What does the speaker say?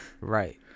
Right